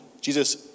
Jesus